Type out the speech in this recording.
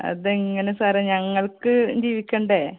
അതെങ്ങനെ സാറേ ഞങ്ങൾക്ക് ജീവിക്കണ്ടേ